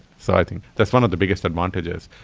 so i think that's one of the biggest advantages.